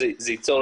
זה ייצור,